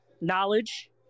knowledge